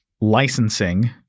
Licensing